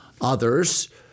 others